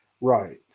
Right